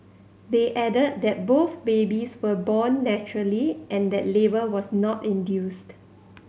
they added that both babies were born naturally and that labour was not induced